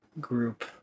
group